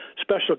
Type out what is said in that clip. special